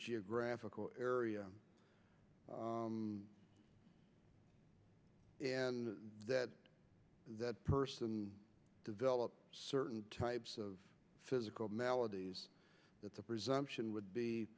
geographical area and that that person developed certain types of physical maladies that the presumption would be